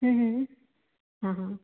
हाँ हाँ